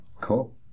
Cool